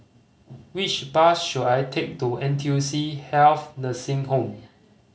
which bus should I take to N T U C Health Nursing Home